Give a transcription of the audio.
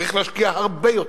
צריך להשקיע הרבה יותר,